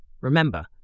Remember